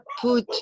put